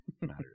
matters